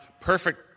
perfect